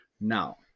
Now